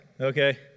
okay